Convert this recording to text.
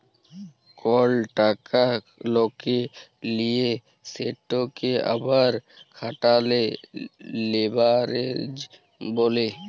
call টাকা ললে লিঁয়ে সেটকে আবার খাটালে লেভারেজ ব্যলে